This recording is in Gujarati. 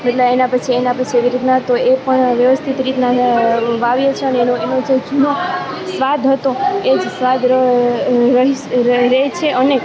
પહેલાં એના પછી એના પછી એવી રીતના તો એ પણ વ્યવસ્થિત રીતના વાવ્યાં છે અને એનું એનો જે જૂનો સ્વાદ હતો એ જ સ્વાદ રહે છે અને